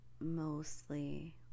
mostly